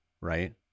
right